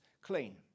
clean